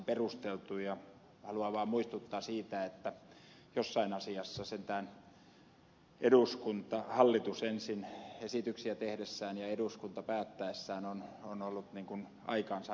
haluan vaan muistuttaa siitä että jossain asiassa sentään hallitus ensin esityksiä tehdessään ja eduskunta päättäessään ovat olleet aikaansa edellä